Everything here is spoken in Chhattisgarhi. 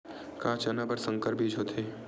का चना बर संकर बीज होथे?